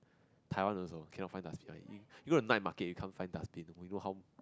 Taiwan also cannot find dustbin one you you go to night market you cannot find dustbin you know how